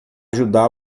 ajudá